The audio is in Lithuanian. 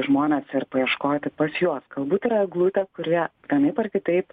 žmones ir paieškoti pas juos galbūt yra eglutė kuri vienaip ar kitaip